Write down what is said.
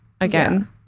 again